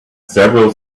several